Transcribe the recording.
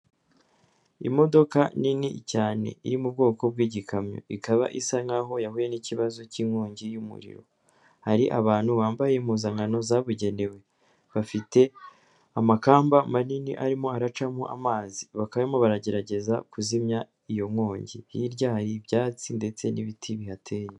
Imodoka nini cyane iri mu bwoko bw'igikamyo ikaba isa nk'aho yahuye n'ikibazo cy'inkongi y'umuriro hari abantu bambaye impuzankano zabugenewe, bafite amakamba manini arimo aracamo amazi bakaba barimo baragerageza kuzimya iyo nkongi, hirya hari ibyatsi ndetse n'ibiti bihateye.